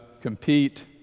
compete